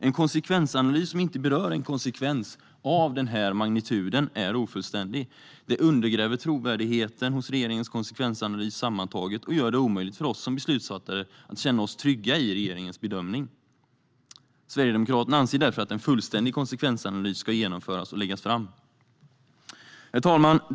En konsekvensanalys som inte berör en konsekvens av denna magnitud är ofullständig. Det undergräver trovärdigheten i regeringens konsekvensanalys, sammantaget, och gör det omöjligt för oss som beslutsfattare att känna oss trygga med regeringens bedömning. Sverigedemokraterna anser därför att en fullständig konsekvensanalys ska genomföras och läggas fram. Herr talman!